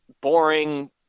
boring